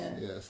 Yes